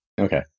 okay